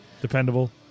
dependable